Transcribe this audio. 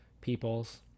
Peoples